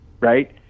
right